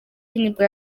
nibwo